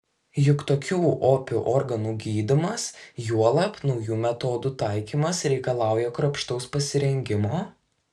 juk tokių opių organų gydymas juolab naujų metodų taikymas reikalauja kruopštaus pasirengimo